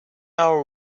our